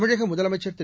தமிழக முதலமைச்சர் திரு